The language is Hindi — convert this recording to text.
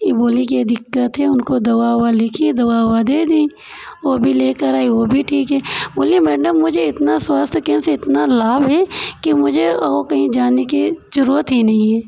ये बोली कि ये दिक्कत है उनको दवा ओवा लिखीं दवा ओवा दे दीं ओ भी लेकर आई वो भी ठीक है बोली मैडम मुझे इतना स्वास्थ्य केंद्र से इतना लाभ है कि मुझे और कहीं जाने की जरुरत ही नहीं है